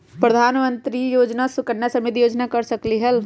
प्रधानमंत्री योजना सुकन्या समृद्धि योजना कर सकलीहल?